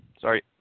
Sorry